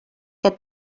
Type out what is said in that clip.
què